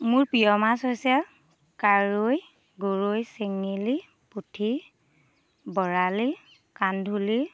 মোৰ প্ৰিয় মাছ হৈছে কাৱৈ গৰৈ চেঙেলী পুঠি বৰালি কান্ধুলি